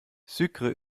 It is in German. sucre